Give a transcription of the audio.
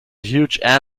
huge